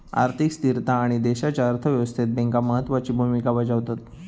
आर्थिक स्थिरता आणि देशाच्या अर्थ व्यवस्थेत बँका महत्त्वाची भूमिका बजावतत